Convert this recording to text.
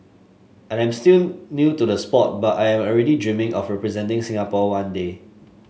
I am still new to the sport but I am already dreaming of representing Singapore one day